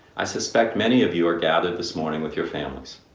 i suspect many of you are gathered this morning with your families.